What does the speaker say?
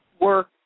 work